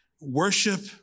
Worship